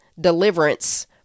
deliverance